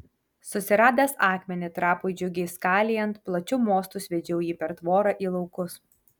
susiradęs akmenį trapui džiugiai skalijant plačiu mostu sviedžiau jį per tvorą į laukus